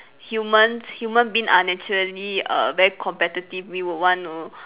humans human being are naturally err very competitive we would want to